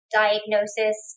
diagnosis